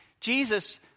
Jesus